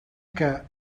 que